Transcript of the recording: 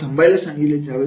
आपण थांबायला सांगितले